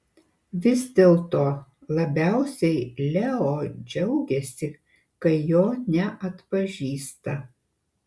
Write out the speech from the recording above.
vis dėlto labiausiai leo džiaugiasi kai jo neatpažįsta